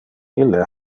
ille